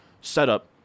setup